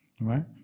Right